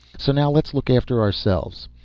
so now let's look after ourselves.